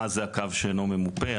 מה זה הקו שאינו ממופה?